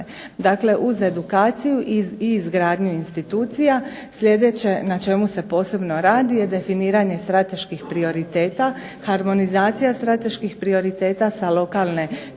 Dakle, uz edukaciju i izgradnju institucija sljedeće na čemu se posebno radi je definiranje strateških prioriteta, harmonizacija strateških prioriteta sa lokalne prema